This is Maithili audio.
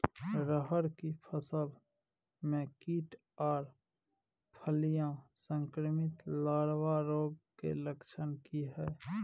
रहर की फसल मे कीट आर फलियां संक्रमित लार्वा रोग के लक्षण की हय?